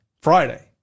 Friday